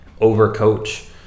overcoach